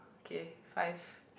okay five